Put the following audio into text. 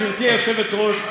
גברתי היושבת-ראש,